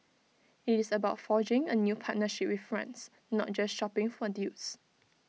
IT is about forging A new partnership with France not just shopping for deals